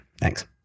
Thanks